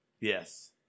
Yes